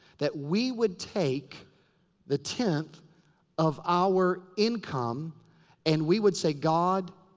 that we would take the tenth of our income and we would say, god,